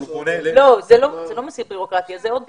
זאת עוד בירוקרטיה.